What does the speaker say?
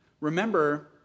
Remember